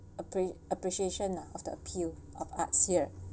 appre~ appreciation of the appear of arts here